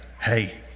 hey